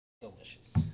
Delicious